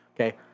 Okay